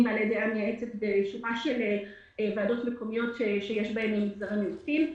בעלי דעה מייעצת בשורה של ועדות מקומיות שיש בהן ממגזר המיעוטים.